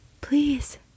please